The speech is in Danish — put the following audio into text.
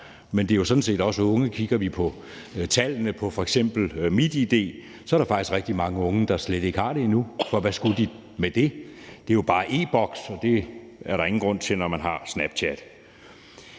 men at det jo sådan set også handler om unge. Kigger vi på tallene for f.eks. MitID, er der faktisk rigtig mange unge, der slet ikke har det endnu, for hvad skulle de med det? Det er jo bare e-Boks, og det er der ingen grund til, når man har Snapchat,